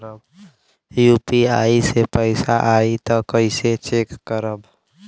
UPI से पैसा आई त कइसे चेक खरब?